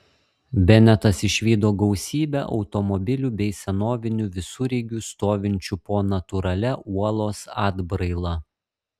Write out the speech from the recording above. benetas išvydo gausybę automobilių bei senovinių visureigių stovinčių po natūralia uolos atbraila